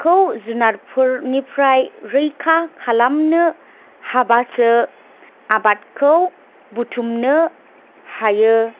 जुनारफोरनिफ्राय रैखा खालामनो हाब्लासो आबादखौ बुथुमनो हायो